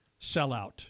sellout